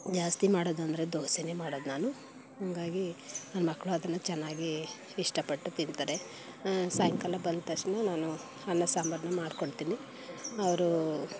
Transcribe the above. ಜಾಸ್ತಿ ಮಾಡೋದೆಂದರೆ ದೋಸೆಯೇ ಮಾಡೋದು ನಾನು ಹಂಗಾಗಿ ನನ್ನ ಮಕ್ಕಳು ಅದನ್ನು ಚೆನ್ನಾಗಿ ಇಷ್ಟಪಟ್ಟು ತಿಂತಾರೆ ಸಾಯಂಕಾಲ ಬಂದ ತಕ್ಷಣ ನಾನು ಅನ್ನ ಸಾಂಬರನ್ನ ಮಾಡ್ಕೊಳ್ತೀನಿ ಅವರು